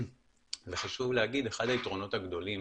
וחשוב להגיד, אחד היתרונות הגדולים